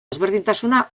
ezberdintasuna